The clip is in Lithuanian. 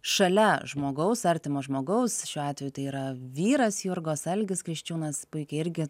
šalia žmogaus artimo žmogaus šiuo atveju tai yra vyras jurgos algis kriščiūnas puikiai irgi